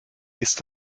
ist